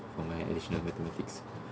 for my additional mathematics